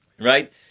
Right